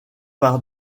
par